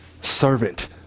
servant